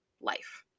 life